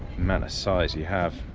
amount of size you have,